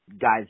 guys